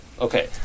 Okay